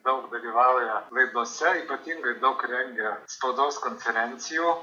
daug dalyvauja laidose ypatingai daug rengia spaudos konferencijų